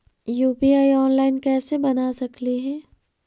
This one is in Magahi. यु.पी.आई ऑनलाइन कैसे बना सकली हे?